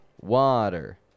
water